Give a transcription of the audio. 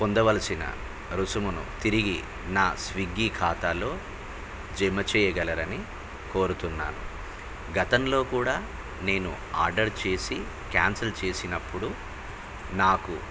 పొందవలసిన రుసుమును తిరిగి నా స్విగ్గీ ఖాతాలో జమ చేేయగలరని కోరుతున్నాను గతంలో కూడా నేను ఆర్డర్ చేసి క్యాన్సిల్ చేసినప్పుడు నాకు